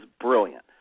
brilliant